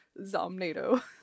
zomnado